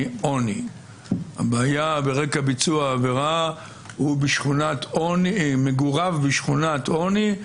עוני ורקע ביצוע העבירה הוא מגוריו בשכונת עוני,